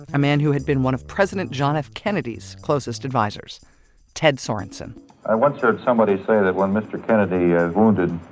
a man who had been one of president john f. kennedy's closest advisers ted sorensen i once heard somebody say that when mr. kennedy is yeah wounded,